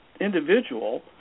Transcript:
individual